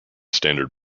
standard